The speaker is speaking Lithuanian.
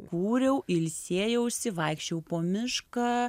kūriau ilsėjausi vaikščiojau po mišką